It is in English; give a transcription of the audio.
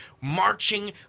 marching